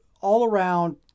all-around